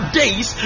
days